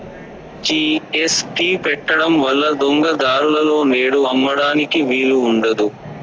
GST పెట్టడం వల్ల దొంగ దారులలో నేడు అమ్మడానికి వీలు ఉండదు